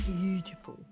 Beautiful